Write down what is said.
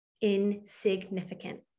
Insignificant